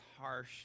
harsh